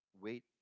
wait